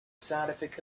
scientific